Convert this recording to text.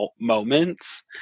moments